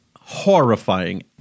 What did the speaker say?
Horrifying